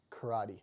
karate